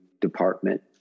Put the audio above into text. department